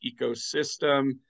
ecosystem